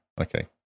Okay